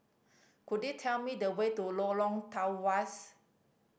could you tell me the way to Lorong Tawas